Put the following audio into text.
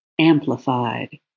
amplified